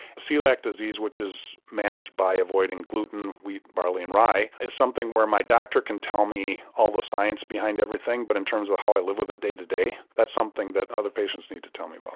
celiac disease which is managed by avoiding gluten, wheat, barley and rye is something where my doctor can tell me all the signs behind everything but in terms of how i live with it day to day that is something that other patients need to tell me about.